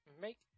Make